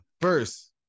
First